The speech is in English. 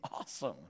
awesome